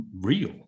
real